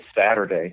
Saturday